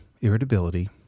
irritability